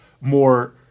more